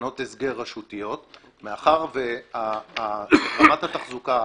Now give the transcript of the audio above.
בתחנות הסגר רשותיות מאחר ורמת התחזוקה,